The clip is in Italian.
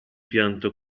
pianto